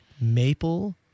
maple